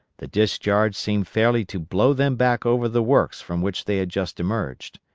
the discharge seemed fairly to blow them back over the works from which they had just emerged.